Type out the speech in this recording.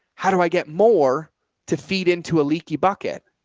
how do i get more to feed into a leaky bucket,